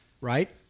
right